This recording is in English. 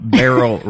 barrel